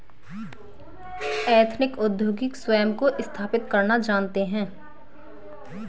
ethnic उद्योगी स्वयं को स्थापित करना जानते हैं